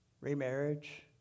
remarriage